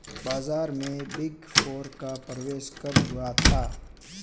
बाजार में big four का प्रवेश कब हुआ था?